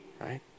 Right